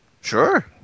Sure